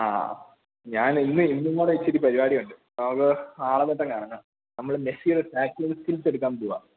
ആ ഞാനിന്ന് ഇന്നുംകൂടെ ഇത്തിരി പരിപാടിയുണ്ട് നമുക്ക് നാളെ തൊട്ടങ്ങ് ഇറങ്ങാം നമ്മള് മെസ്സിയുടെ ടാക്ലിങ് സ്കില്സ് എടുക്കാന് പോകുകയാണ്